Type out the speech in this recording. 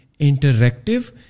interactive